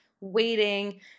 waiting